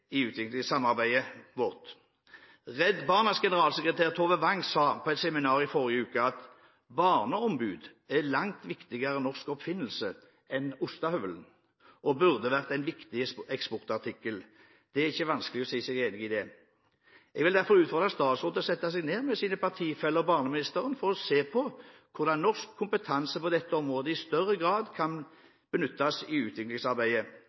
utviklingssamarbeidet vårt. Redd Barnas generalsekretær Tove Wang sa på et seminar i forrige uke at barneombud er en langt viktigere norsk oppfinnelse enn ostehøvelen, og burde vært en viktig eksportartikkel. Det er ikke vanskelig å si seg enig i det. Jeg vil derfor utfordre statsråden til å sette seg ned med sin partifelle barneministeren for å se på hvordan norsk kompetanse på dette området i større grad kan benyttes i utviklingsarbeidet.